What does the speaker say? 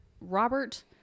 Robert